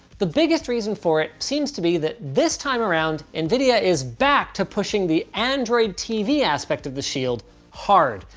the biggest reason for it seems to be that this time around nvidia is back to pushing the android tv aspect of the shield hard,